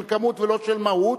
של כמות ולא של מהות,